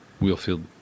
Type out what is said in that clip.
Wheelfield